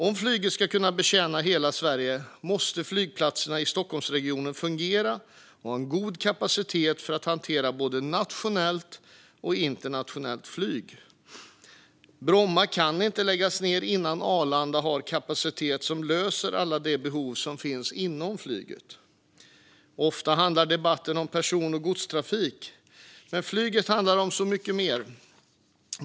Om flyget ska kunna betjäna hela Sverige måste flygplatserna i Stockholmsregionen fungera och ha god kapacitet för att hantera både nationellt och internationellt flyg. Bromma kan inte läggas ned innan Arlanda har kapacitet som löser alla de behov som finns inom flyget. Ofta handlar debatten om person och godstrafik, men flyget handlar om så mycket mer.